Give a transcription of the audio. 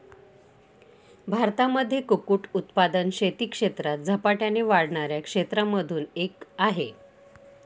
भारतामध्ये कुक्कुट उत्पादन शेती क्षेत्रात झपाट्याने वाढणाऱ्या क्षेत्रांमधून एक आहे